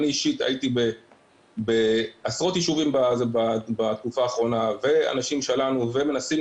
אני אישית הייתי בעשרות יישובים בתקופה האחרונה ואנשים שלנו מנסים